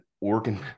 organ